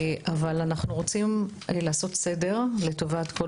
אבל אנחנו רוצים לעשות סדר לטובת כל